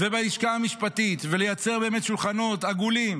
ובלשכה המשפטית, לייצר שולחנות עגולים